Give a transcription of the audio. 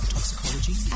Toxicology